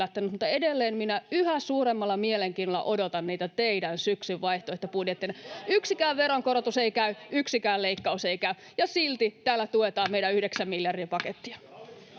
ja edelleen yhä suuremmalla mielenkiinnolla odotan niitä teidän syksyn vaihtoehtobudjettejanne. [Välihuutoja — Puhemies koputtaa] Yksikään veronkorotus ei käy, yksikään leikkaus ei käy, ja silti täällä tuetaan meidän yhdeksän miljardin pakettia.